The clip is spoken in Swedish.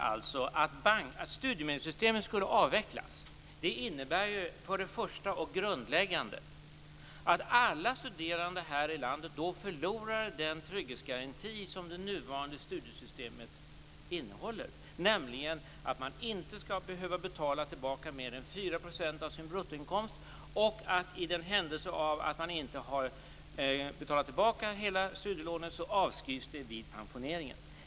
Att studiemedelssystemet skulle avvecklas innebär ju för det första - och det är grundläggande - att alla studerande här i landet då förlorar den trygghetsgaranti som det nuvarande studiemedelssystemet innehåller, nämligen att man inte skall behöva betala tillbaka mer än 4 % av sin bruttoinkomst och att i den händelse att man inte har betalat tillbaka hela studielånet vid pensioneringen avskrivs det.